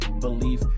belief